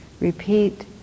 repeat